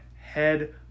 head